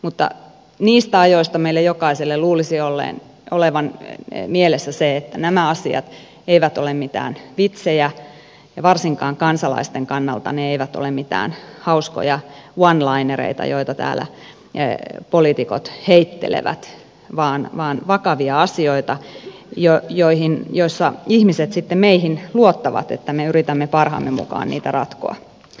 mutta niistä ajoista meillä jokaisella luulisi olevan mielessä se että nämä asiat eivät ole mitään vitsejä ja varsinkaan kansalaisten kannalta ne eivät ole mitään hauskoja one linereita joita täällä poliitikot heittelevät vaan vakavia asioita joissa ihmiset sitten meihin luottavat että me yritämme parhaamme mukaan niitä ratkoa